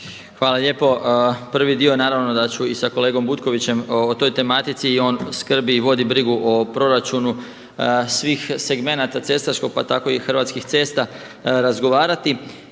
Hvala lijepo. Prvi dio naravno da ću i sa kolegom Butkovićem o toj tematici i on skrbi i vodi brigu o proračunu svih segmenata cestarskog pa tako i Hrvatskih cesta razgovarati.